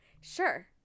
Sure